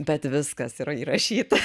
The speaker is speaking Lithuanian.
bet viskas yra įrašyta